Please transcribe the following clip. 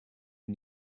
you